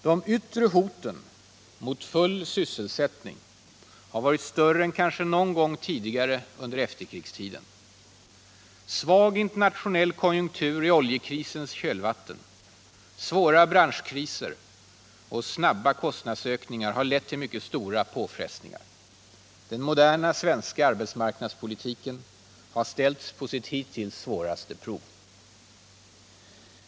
De yttre hoten mot full sysselsättning har varit större än kanske någon gång tidigare under efterkrigstiden. Svag internationell konjunktur i oljekrisens kölvatten, svåra branschkriser och snabba kostnadsökningar har lett till mycket stora påfrestningar. Den moderna svenska arbetsmarknadspolitiken har ställts på sitt hittills svåraste prov.